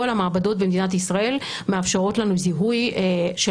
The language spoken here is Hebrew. כל המעבדות במדינת ישראל מאפשרות לנו זיהוי של